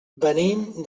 venim